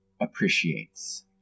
appreciates